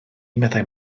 meddai